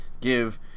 give